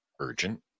urgent